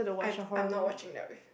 I I'm not watching that